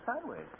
sideways